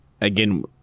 again